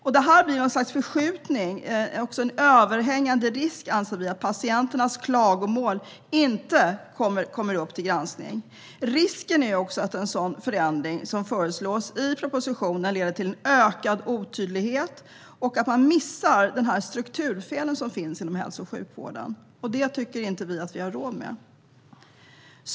Vi anser att det blir en överhängande risk att patienternas klagomål inte kommer upp till granskning. Risken är också att den förändring som föreslås i propositionen leder till ökad otydlighet och att man missar de strukturfel som finns inom hälso och sjukvården, och det tycker vi inte att vi har råd med.